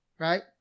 Right